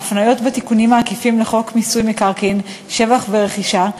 ההפניות בתיקונים העקיפים לחוק מיסוי מקרקעין (שבח ורכישה),